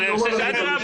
אדרבא,